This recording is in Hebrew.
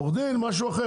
עורך דין זה משהו אחר,